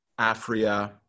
Afria